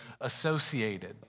associated